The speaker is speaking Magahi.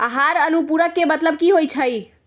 आहार अनुपूरक के मतलब की होइ छई?